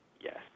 Yes